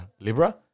Libra